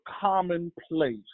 commonplace